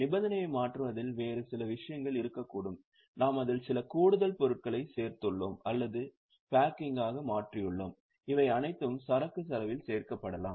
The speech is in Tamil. நிபந்தனையை மாற்றுவதில் வேறு சில விஷயங்கள் இருக்கக்கூடும் நாம் அதில் சில கூடுதல் பொருட்களைச் சேர்த்துள்ளோம் அல்லது பேக்கிங்கை மாற்றியுள்ளோம் இவை அனைத்தும் சரக்கு செலவில் சேர்க்கப்படலாம்